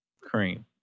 cream